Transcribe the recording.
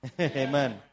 Amen